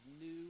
new